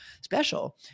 special